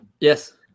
Yes